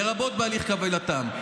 לרבות בהליך קבלתם.